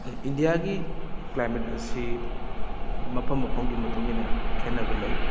ꯏꯟꯗꯤꯌꯥꯒꯤ ꯀ꯭ꯂꯥꯏꯃꯦꯠ ꯑꯁꯤ ꯃꯐꯝ ꯃꯐꯝꯒꯤ ꯃꯇꯨꯡ ꯏꯟꯅ ꯈꯦꯠꯅꯕ ꯂꯩ